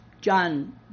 John